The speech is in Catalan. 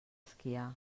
esquiar